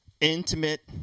intimate